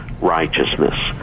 righteousness